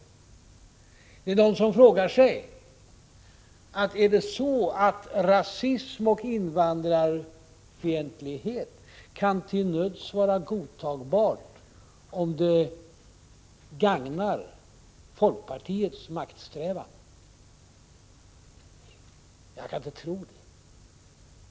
Det finns personer som frågar sig om det är så att rasism och invandrar fientlighet till nöds kan godtas av folkpartiet, om detta gagnar partiets maktsträvanden. Jag kan inte tro det.